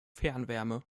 fernwärme